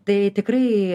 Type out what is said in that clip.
tai tikrai